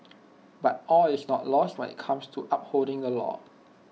but all is not lost when IT comes to upholding the law